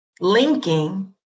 Linking